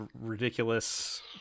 ridiculous